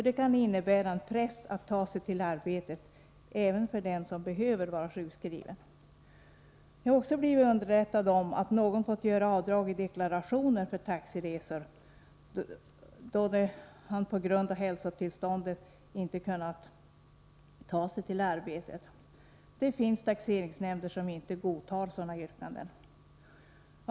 Det kan innebära en press att ta sig till arbetet för den som behöver vara sjukskriven. Jag har också blivit underrättad om att någon fått göra avdrag i Nr 86 deklarationen för taxiresor, då han på grund av sitt hälsotillstånd inte kunnat Tisdagen den ta sig till arbetet på annat sätt. Det finns taxeringsnämnder som inte godtar — 21 februari 1984 sådana yrkanden.